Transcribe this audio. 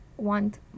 want